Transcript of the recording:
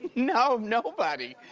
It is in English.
no, nobody.